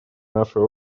нашей